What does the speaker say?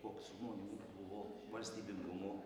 koks žmonių buvo valstybingumo